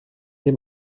dem